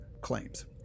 claims